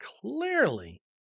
clearly